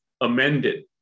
amended